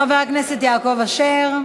חבר הכנסת יעקב אשר,